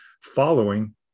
following